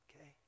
okay